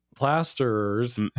plasterers